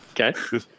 Okay